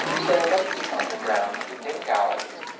so they met deep underground in the dim galleries,